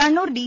Kannur D